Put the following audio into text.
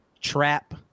trap